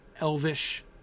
Elvish